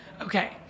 Okay